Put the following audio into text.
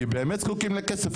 כי באמת זקוקים לכסף.